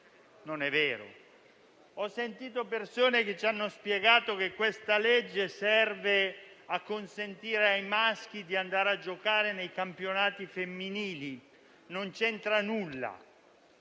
non è vero. Ho sentito persone spiegarci che essa serve a consentire ai maschi di andare a giocare nei campionati femminili: non c'entra nulla.